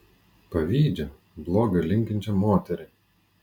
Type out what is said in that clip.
pavydžią bloga linkinčią moterį